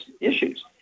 issues